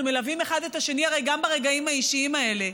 אנחנו מלווים אחד את השני גם ברגעים האישיים האלה.